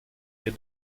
wir